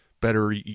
better